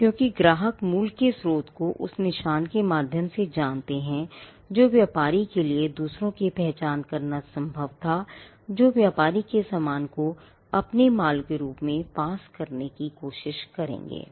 और क्योंकि ग्राहक मूल के स्रोत को उस निशान के माध्यम से जानते हैं जो व्यापारी के लिए दूसरों की पहचान करना संभव था जो व्यापारी के सामान को अपने माल के रूप में पास करने की कोशिश करेंगे